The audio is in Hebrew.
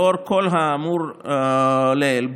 לאור כל האמור לעיל,